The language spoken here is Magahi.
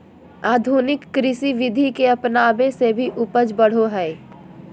आधुनिक कृषि विधि के अपनाबे से भी उपज बढ़ो हइ